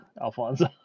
Alfonso